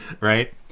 right